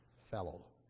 fellow